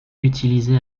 utilisée